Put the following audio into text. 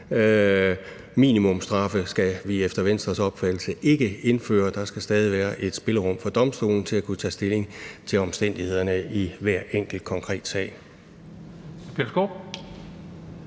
Minimumsstraffe skal vi efter Venstres opfattelse ikke indføre; der skal stadig være et spillerum for domstolene til at kunne tage stilling til omstændighederne i hver enkelt konkret sag.